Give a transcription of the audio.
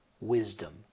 wisdom